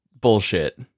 bullshit